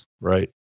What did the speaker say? right